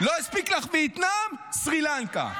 לא הספיק לך וייטנאם, סרי לנקה.